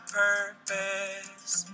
purpose